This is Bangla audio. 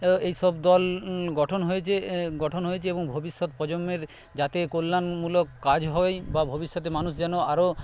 এইসব দল গঠন হয়েছে গঠন হয়েছে এবং ভবিষ্যত প্রজন্মের যাতে কল্যাণমূলক কাজ হয় বা ভবিষ্যতে মানুষ যেন আরও